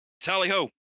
Tally-ho